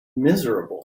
miserable